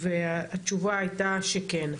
והתשובה היתה שכן.